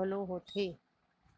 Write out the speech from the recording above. घलोक होथे